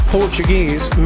Portuguese